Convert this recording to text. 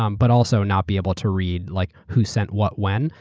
um but also not be able to read like who sent what when.